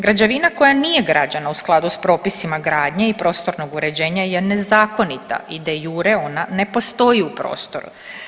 Građevina koja nije građena u skladu sa propisima gradnje i prostornog uređenja je nezakonita i de iure ona ne postoji u prostoru.